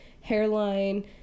hairline